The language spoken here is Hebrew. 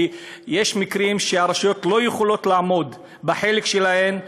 כי יש מקרים שהרשויות לא יכולות לעמוד בחלק שלהן,